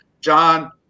John